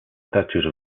statute